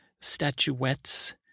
statuettes